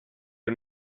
are